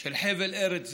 של חבל ארץ זה,